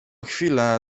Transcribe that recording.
chwilę